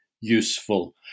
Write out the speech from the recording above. useful